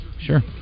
Sure